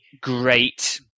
great